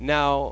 Now